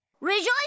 Rejoice